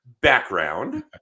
background